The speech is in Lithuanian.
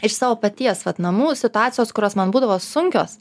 iš savo paties vat namų situacijos kurios man būdavo sunkios